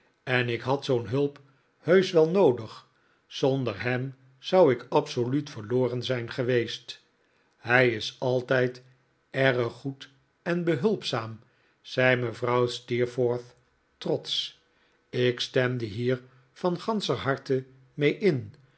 en ik had zoo'n hulp heusch wel noodig zonder hem zou ik absoluut verloren zijn geweest hij is altijd erg goed en behulpzaam zei mevrouw steerforth trotsch ik stemde hier van ganscher harte rriee in